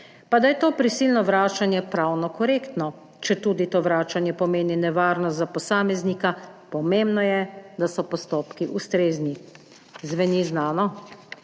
pa da je to prisilno vračanje pravno korektno, četudi to vračanje pomeni nevarnost za posameznika, pomembno je, da so postopki ustrezni. Zveni znano?